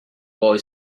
boy